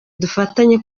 dufatanye